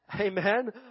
Amen